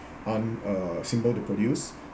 aren't uh simple to produce